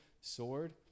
sword